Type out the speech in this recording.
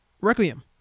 Requiem